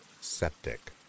septic